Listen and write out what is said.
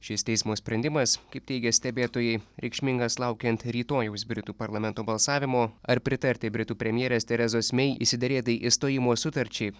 šis teismo sprendimas kaip teigia stebėtojai reikšmingas laukiant rytojaus britų parlamento balsavimo ar pritarti britų premjerės terezos mei išsiderėtai išstojimo sutarčiai